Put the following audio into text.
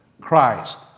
Christ